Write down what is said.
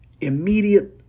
immediate